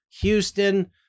Houston